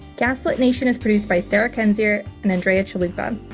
gaslit nation is produced by sarah kendzior and andrea chalupa.